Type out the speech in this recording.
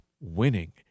winning